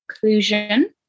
conclusion